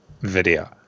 video